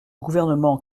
gouvernement